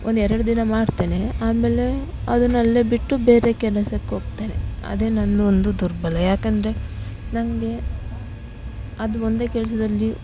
ಒಂದೆರಡು ದಿನ ಮಾಡ್ತೇನೆ ಆಮೇಲೆ ಅದನಲ್ಲೇ ಬಿಟ್ಟು ಬೇರೆ ಕೆಲಸಕ್ಕೋಗ್ತೇನೆ ಅದೆ ನನ್ನ ಒಂದು ದುರ್ಬಲ ಯಾಕಂದರೆ ನಂಗೆ ಅದು ಒಂದೇ ಕೆಲಸದಲ್ಲಿ